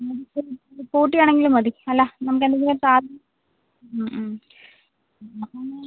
നമുക്ക് ഒരു സ്കൂട്ടി ആണെങ്കിലും മതി അല്ല നമുക്ക് എന്തെങ്കിലും കാറിന് മ് മ് നമുക്ക് ഒന്ന്